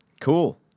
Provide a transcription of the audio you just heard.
Cool